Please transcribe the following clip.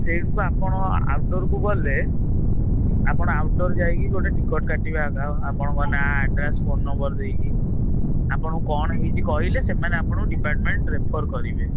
ସେଇଠୁ ଆପଣ ଆଉଟଡ଼ୋରକୁ ଗଲେ ଆପଣ ଆଉଟଡ଼ୋର ଯାଇକି ଗୋଟେ ଟିକେଟ୍ କାଟିବା ଆପଣଙ୍କ ନାଁ ଆଡ଼୍ରେସ୍ ଫୋନ୍ ନମ୍ବର ଦେଇକି ଆପଣଙ୍କୁ କ'ଣ ହେଇଛି କହିଲେ ସେମାନେ ଆପଣଙ୍କୁ ଡିପାର୍ଟମେଣ୍ଟ ରେଫର୍ କରିବେ